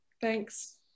Thanks